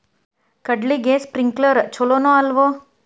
ಕಡ್ಲಿಗೆ ಸ್ಪ್ರಿಂಕ್ಲರ್ ಛಲೋನೋ ಅಲ್ವೋ?